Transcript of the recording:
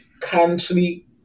country